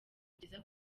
byiza